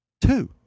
two